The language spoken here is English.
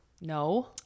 No